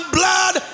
blood